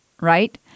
right